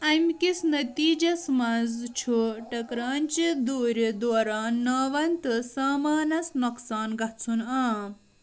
اَمہِ کِس نٔتیجَس منٛز چھُ ٹکرانٕچہِ دوٗرِ دوران ناوَن تہٕ سامانَس نۄقصان گژھُن عام